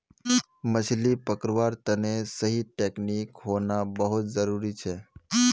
मछली पकड़वार तने सही टेक्नीक होना बहुत जरूरी छ